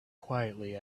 quietly